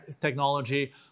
technology